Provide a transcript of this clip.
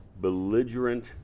belligerent